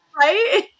Right